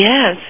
Yes